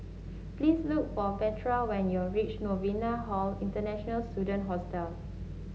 please look for Bertha when you reach Novena Hall International Student Hostel